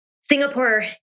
Singapore